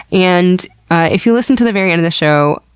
and if you listen to the very end of the show,